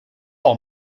all